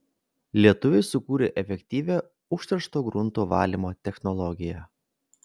lietuviai sukūrė efektyvią užteršto grunto valymo technologiją